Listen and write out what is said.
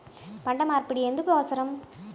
పంట మార్పిడి ఎందుకు అవసరం?